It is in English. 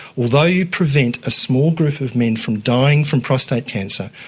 although you prevent a small group of men from dying from prostate cancer,